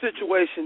situation